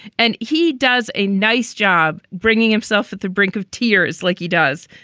and he does a nice job bringing himself at the brink of tears like he does.